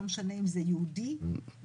לא משנה אם זה יהודי או ערבי.